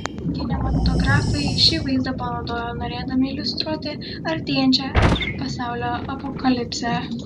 kinematografai šį vaizdą panaudojo norėdami iliustruoti artėjančią pasaulio apokalipsę